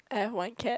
I have one cat